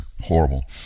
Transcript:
horrible